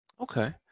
Okay